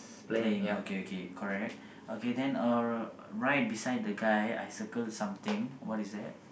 playing okay okay correct okay then uh right beside the guy I circle something what is that